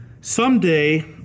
Someday